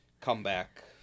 comeback